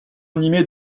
animés